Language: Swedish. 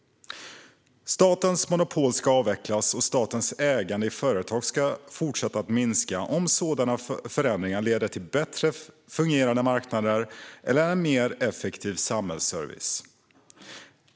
Statens monopol ska avvecklas, och statens ägande i företag ska fortsätta att minska om sådana förändringar leder till bättre fungerande marknader eller effektivare samhällsservice.